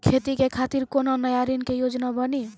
खेती के खातिर कोनो नया ऋण के योजना बानी?